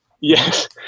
yes